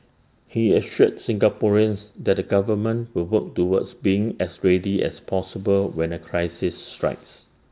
he assured Singaporeans that the government will work towards being as ready as possible when A crisis strikes